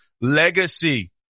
Legacy